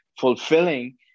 fulfilling